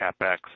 CapEx